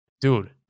dude